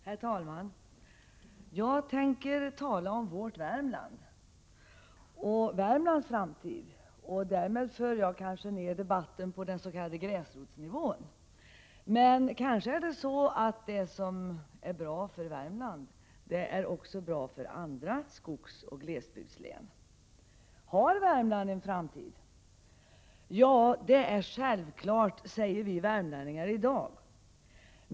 Herr talman! Jag tänker tala om vårt Värmland och om Värmlands framtid. Därmed för jag kanske ned debatten på dens.k. gräsrotsnivån. Men kanske är det så, att det som är bra för Värmland också är bra för andra skogsoch glesbygdslän. Har Värmland en framtid?-Ja, det är självklart, svarar vi värmlänningar i dag.